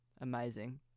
Amazing